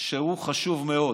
חשוב מאוד.